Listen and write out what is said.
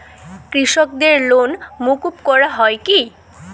কৃষকদের লোন মুকুব করা হয় কি?